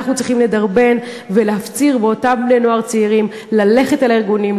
צריכים לדרבן ולהפציר באותם בני-נוער צעירים ללכת לארגונים,